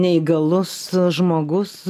neįgalus žmogus